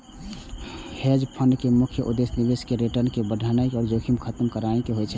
hedge fund के मुख्य उद्देश्य निवेशक केर रिटर्न कें बढ़ेनाइ आ जोखिम खत्म करनाइ होइ छै